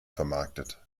vermarktet